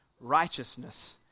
righteousness